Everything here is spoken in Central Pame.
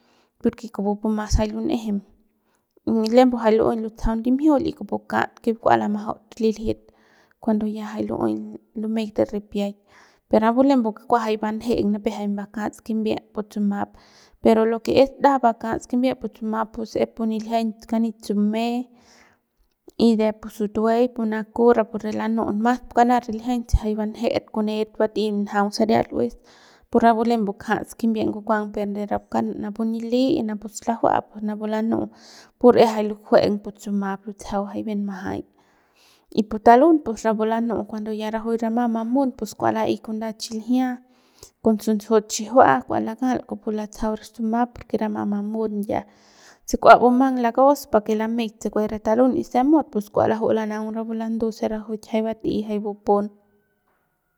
Porque kupupu mas jay lun'ejem y lembe jay lu'uey lutsajau ndimjiul y kupu kat ke kua lamajaut liljit cuando ya jay lu'uey lumeik re ripiaik per napu lembe kua jay banjeng nipep jay mbakats kimbiep pu tsuma'ap pero lo que es ndajap bakats kimbiep pu tsuma'ap pus es pu niljiañ kani tsume y de pu sutue y pu naku rapu re lanu'u mas pu karat riljiañ se jay banjet kunet bat'ey njaung saria lu'es pus rapu lembu kjats kimbie ngukuang per na na pu kat na pu nili y na pu slajua pus napu lanu'u pur es jay lujueng pu tsuma'ap lutsajau jay bien majay y pu talung pus rapu lanu cuando ya rajuik rama mamut pus kua la'ey con nda chiljia con suntsujut xijiua kua lakal kupu latsajau re suma'ap porque ya mamun ya y se kua bumang lakos pake lameik tsukuet re talun y se mut pus kua laju'u lanaung rapu landu se rajuik jay bat'ey jay bupun.